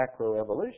macroevolution